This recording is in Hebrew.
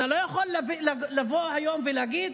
אתה לא יכול לבוא היום ולהגיד: